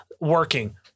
Working